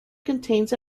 contains